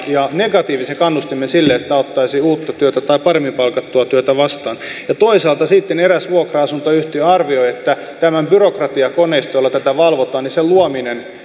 negatiivisen kannustimen sille että ottaisi uutta tai paremmin palkattua työtä vastaan ja toisaalta sitten eräs vuokra asuntoyhtiö arvioi että tämän byrokratiakoneiston jolla tätä valvotaan luominen